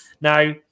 Now